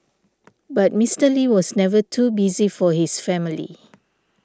but Mister Lee was never too busy for his family